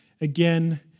again